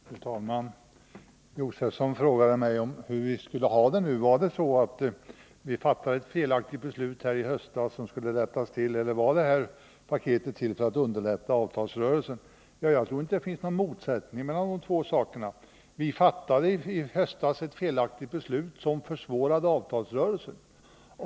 Fru talman! Stig Josefson frågade mig hur vi skulle ha det nu. Var det så att vi fattade ett felaktigt beslut i höstas som nu skall rättas till eller var det här paketet till för att underlätta avtalsrörelsen? Jag tror inte att det finns någon motsättning mellan dessa två saker. Vi fattade i höstas ett felaktigt beslut, som försvårade avtalsrörelsen.